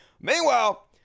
Meanwhile